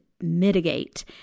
mitigate